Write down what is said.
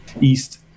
east